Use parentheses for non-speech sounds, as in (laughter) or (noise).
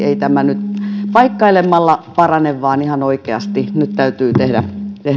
(unintelligible) ei tämä nyt paikkailemalla parane vaan ihan oikeasti nyt täytyy tehdä